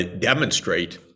demonstrate